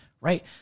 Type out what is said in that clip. right